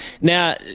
Now